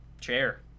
chair